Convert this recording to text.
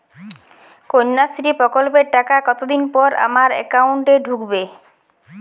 কন্যাশ্রী প্রকল্পের টাকা কতদিন পর আমার অ্যাকাউন্ট এ ঢুকবে?